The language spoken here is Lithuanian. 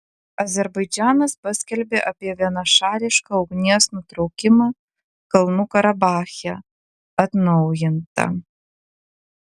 azerbaidžanas paskelbė apie vienašališką ugnies nutraukimą kalnų karabache atnaujinta